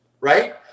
right